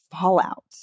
fallout